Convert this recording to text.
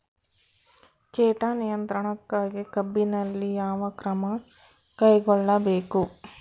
ಕೇಟ ನಿಯಂತ್ರಣಕ್ಕಾಗಿ ಕಬ್ಬಿನಲ್ಲಿ ಯಾವ ಕ್ರಮ ಕೈಗೊಳ್ಳಬೇಕು?